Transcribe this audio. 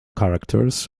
characters